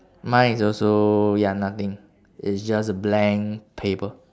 mine is also ya nothing it's just blank paper